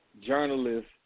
journalist